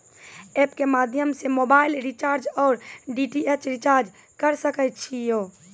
App के माध्यम से मोबाइल रिचार्ज ओर डी.टी.एच रिचार्ज करऽ सके छी यो?